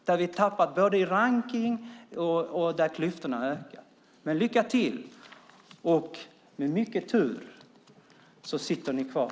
Vi har tappat i rankningen, och klyftorna ökar. Men lycka till! Med mycket tur sitter ni kvar.